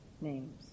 names